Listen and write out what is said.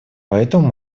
поэтому